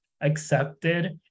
accepted